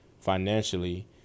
financially